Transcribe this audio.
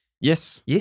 yes